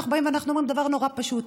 אנחנו באים ואנחנו אומרים דבר נורא פשוט: